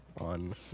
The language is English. on